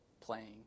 playing